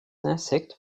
insectes